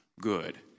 good